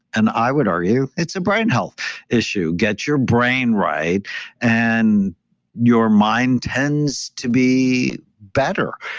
and i would argue it's a brain health issue. get your brain right and your mind tends to be better.